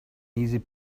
easy